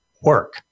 work